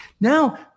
Now